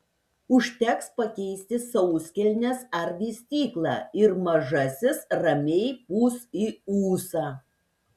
užteks pakeisti sauskelnes ar vystyklą ir mažasis ramiai pūs į ūsą